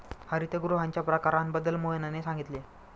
हरितगृहांच्या प्रकारांबद्दल मोहनने सांगितले